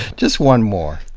just one more.